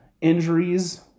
injuries